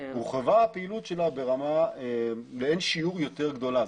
הורחבה הפעילות שלה לאין שיעור יותר גדולה.